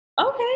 Okay